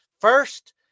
First